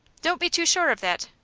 don't be too sure of that.